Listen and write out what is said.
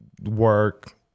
work